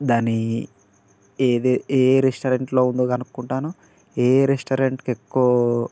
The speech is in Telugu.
దాని ఏది ఏ రెస్టారెంట్లో ఉందో కనుక్కుంటాను ఏ రెస్టారెంట్కి ఎక్కువ